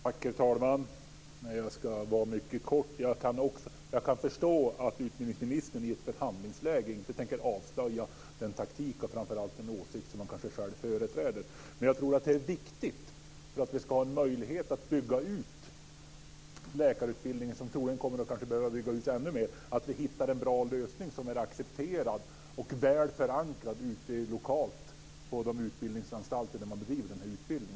Herr talman! Jag ska var mycket kortfattad. Jag kan förstå att utbildningsministern i ett förhandlingsläge inte tänker avslöja den taktik och kanske framför allt den åsikt som han själv företräder, men jag tror att det är viktigt för att vi ska ha en möjlighet att bygga ut läkarutbildningen, som kanske kommer att behöva byggas ut ännu mer, att vi hittar en bra lösning, som är accepterad och väl förankrad lokalt på de utbildningsanstalter där denna utbildning bedrivs.